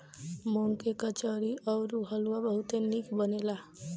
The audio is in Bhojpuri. मूंग के कचौड़ी अउरी हलुआ बहुते निक बनेला